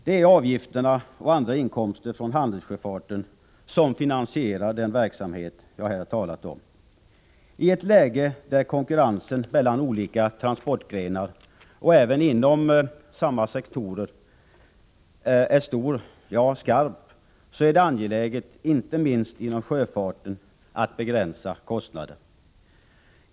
Det är avgifter och andra inkomster från handelssjöfarten som finansierar den verksamhet som jag här talar om. I ett läge där konkurrensen mellan olika transportgrenar och även inom samma sektorer är stor, ja skarp, är det angeläget att begränsa kostnaderna, inte minst inom sjöfarten.